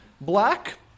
black